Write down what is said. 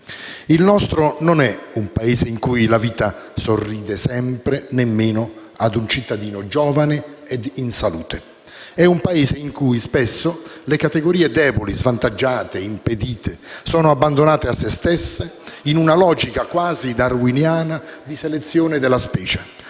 Il nostro non è un Paese in cui la vita sorride sempre, nemmeno per un cittadino giovane e in salute, ma è un Paese in cui, spesso, le categorie deboli, svantaggiate, impedite, sono abbandonate a se stesse, in una logica quasi darwiniana di selezione della specie: